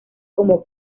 como